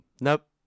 Nope